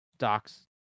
Docs